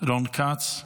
רון כץ,